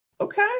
okay